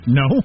no